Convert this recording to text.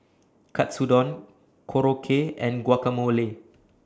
Katsudon Korokke and Guacamole